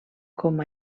com